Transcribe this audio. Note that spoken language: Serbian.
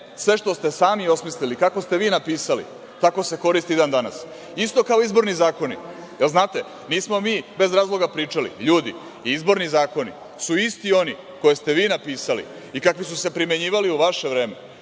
sve što ste sami osmislili, kako ste vi napisali, tako se koristi i dan danas, isto kao izborni zakoni. Znate, nismo mi bez razloga pričali - ljudi, izborni zakoni su isti oni koje ste vi napisali i kakvi su se primenjivali u vaše vreme,